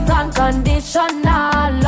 unconditional